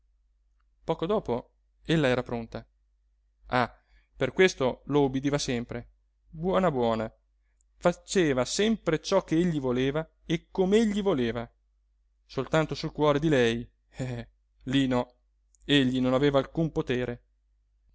poco dopo ella era pronta ah per questo lo ubbidiva sempre buona buona faceva sempre ciò che egli voleva e com'egli voleva soltanto sul cuore di lei eh lí no egli non aveva alcun potere